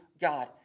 God